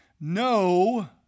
No